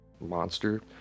monster